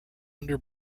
under